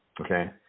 okay